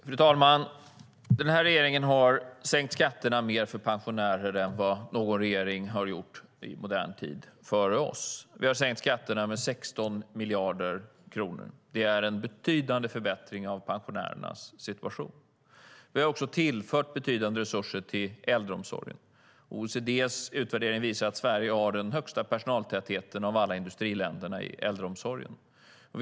Fru talman! Den här regeringen har sänkt skatterna för pensionärer mer än vad någon regering har gjort i modern tid före oss. Vi har sänkt skatterna med 16 miljarder kronor. Det innebär en betydande förbättring av pensionärernas situation. Vi har tillfört betydande resurser till äldreomsorgen. OECD:s utvärdering visar att Sverige har den högsta personaltätheten i äldreomsorgen av alla industriländer.